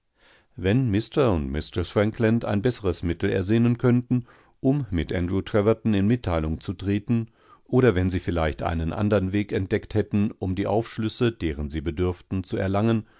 wenn mr und mistreß frankland ein besseres mittel ersinnen könnten um mit andrew treverton in mitteilung zu treten oder wenn sie vielleicht einen andern weg entdeckt hätten um die aufschlüsse deren sie bedürften zu erlangen